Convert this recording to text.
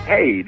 Hey